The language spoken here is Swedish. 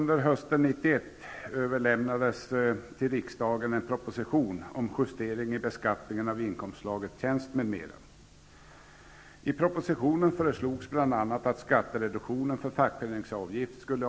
Herr talman! Under hösten överlämnades till riksdagen en proposition om justeringar i beskattningen av inkomstslaget tjänst, m.m.